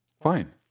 Fine